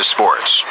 Sports